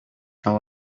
now